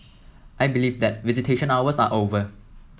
I believe that visitation hours are over